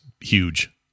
huge